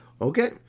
Okay